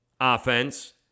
offense